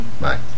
Bye